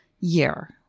year